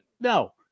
No